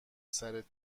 سرت